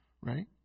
Right